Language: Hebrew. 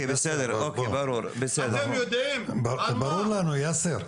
ברור לנו, יאסר.